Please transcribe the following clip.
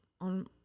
on